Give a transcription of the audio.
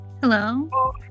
Hello